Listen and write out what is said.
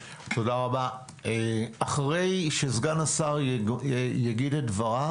כאילו ייתנו איזושהי הקלה,